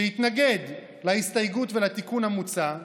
שהתנגד להסתייגות ולתיקון המוצע,